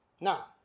Now